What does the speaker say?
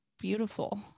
beautiful